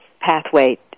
pathway